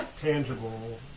tangible